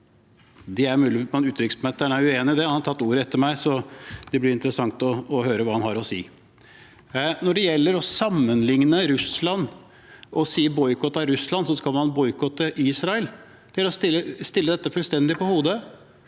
Det er mulig utenriksministeren er uenig i det. Han har tatt ordet etter meg, så det blir interessant å høre hva han har å si. Når det gjelder det å sammenligne med Russland og si at ved boikott av Russland skal man også boikotte Israel, er det å stille dette fullstendig på hodet.